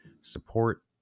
support